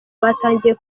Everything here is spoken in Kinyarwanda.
batangiye